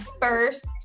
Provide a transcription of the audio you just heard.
first